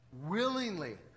willingly